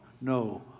No